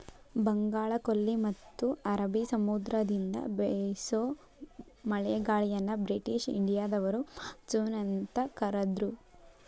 ಬಂಗಾಳಕೊಲ್ಲಿ ಮತ್ತ ಅರಬಿ ಸಮುದ್ರದಿಂದ ಬೇಸೋ ಮಳೆಗಾಳಿಯನ್ನ ಬ್ರಿಟಿಷ್ ಇಂಡಿಯಾದವರು ಮಾನ್ಸೂನ್ ಅಂತ ಕರದ್ರು